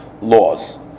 laws